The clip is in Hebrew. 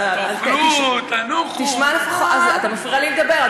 תאכלו, תנוחו, אתה מפריע לי לדבר.